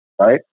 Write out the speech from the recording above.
right